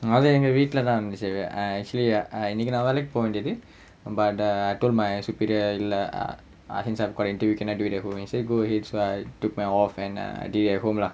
அது எங்க வீட்ல தான் இருந்துச்சி:athu enga veetla thaan irunduchi I actually uh இன்னிக்கு நா வேலைக்கு போவேண்டியது:innikku naa velaikku povendiyathu but err I told my superior lah since we are in quarantine can I do it at home he said say go ahead so I took my off and err I did it at home lah